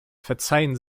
verzeihen